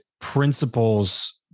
principles